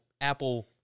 Apple